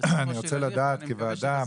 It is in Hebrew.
אני רוצה לדעת כוועדה,